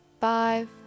five